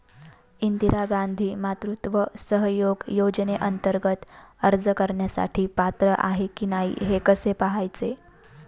इंदिरा गांधी मातृत्व सहयोग योजनेअंतर्गत अर्ज करण्यासाठी पात्र आहे की नाही हे कसे पाहायचे?